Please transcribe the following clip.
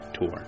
tour